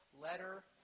letter